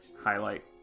highlight